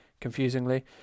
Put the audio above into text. confusingly